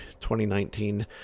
2019